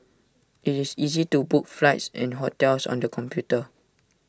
IT is easy to book flights and hotels on the computer